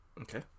Okay